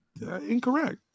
incorrect